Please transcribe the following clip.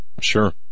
Sure